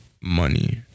Money